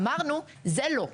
אמרנו זה לא.